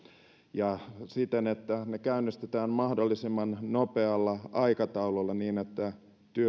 ja että koulutukset käynnistetään mahdollisimman nopealla aikataululla niin että